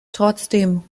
trotzdem